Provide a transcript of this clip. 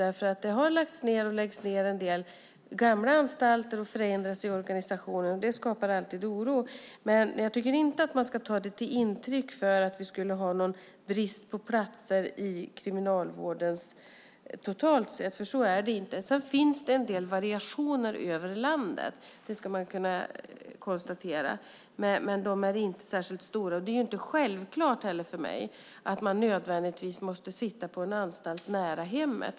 Man har lagt ned en del gamla anstalter och förändrat organisationen. Sådant skapar alltid oro. Men jag tycker inte att man ska ta detta till intäkt för att det skulle råda brist på platser i Kriminalvården totalt sett, för så är det inte. Sedan finns det en del variationer över landet, men de är inte särskilt stora. För mig är det inte heller självklart att man måste sitta på en anstalt nära hemmet.